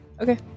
Okay